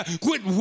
quit